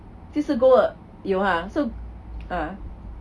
就是 go err 有 !huh! 是 uh